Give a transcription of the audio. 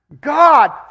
God